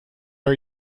are